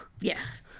yes